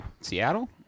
Seattle